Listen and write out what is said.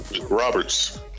Roberts